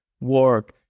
work